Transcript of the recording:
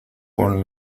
con